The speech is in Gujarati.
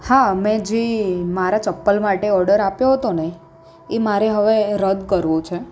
હા મેં જે મારા ચપ્પલ માટે ઓર્ડર આપ્યો હતોને એ મારે હવે રદ કરવો છે